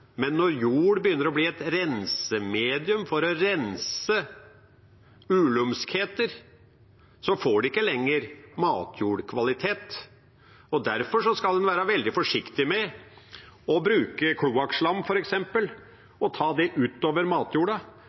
men når jord begynner å bli et rensemedium for å rense uhumskheter, får det ikke lenger matjordkvalitet. Derfor skal en være veldig forsiktig med å bruke kloakkslam, f.eks., og ta det ut over matjorda,